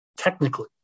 Technically